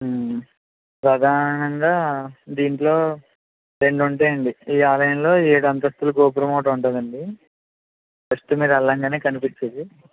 ప్రధానంగా దీంట్లో రెండు ఉంటాయి అండి ఈ ఆలయంలో ఏడు అంతస్థుల గోపురం ఒకటి ఉంటుంది అండి ఫస్ట్ మీరు వెళ్ళగానే కనిపించేది